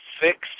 fixed